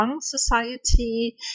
Society